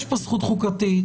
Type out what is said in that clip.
יש פה זכות חוקתית,